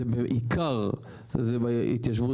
זה בעיקר בערים,